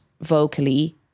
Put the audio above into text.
vocally